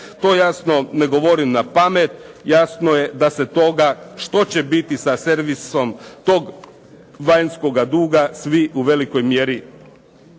To jasno ne govorim napamet, jasno je da se toga što će biti sa servisom tog vanjskoga duga svi u velikoj mjeri